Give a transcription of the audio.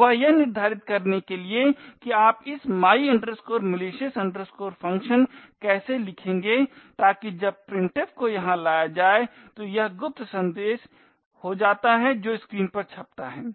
वह यह निर्धारित करने के लिए कि आप इस my malicious function कैसे लिखेंगे ताकि जब printf को यहाँ पर लाया जाए तो यह गुप्त संदेश हो जाता है जो स्क्रीन पर छपता है